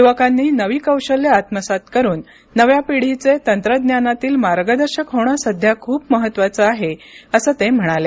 युवकांनी नवी कौशल्यं आत्मसात करुन नव्या पिढीचे तंत्रज्ञानातील मार्गदर्शक होणं सध्या खूप महत्त्वाचं आहे असं ते म्हणाले